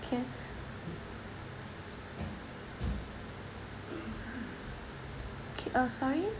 can K uh sorry